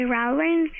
Rowling